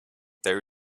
there